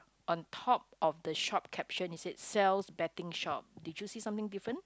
on top of the shop caption it said Sal's betting shop did you see something different